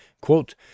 quote